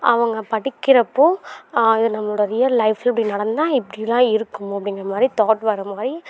அவங்க படிக்கிறப்போ இது நம்மளோட ரியல் லைஃப்லையும் இப்படி நடந்தால் இப்படிலாம் இருக்குமோ அப்படிங்கிற மாதிரி தாட் வர மாதிரி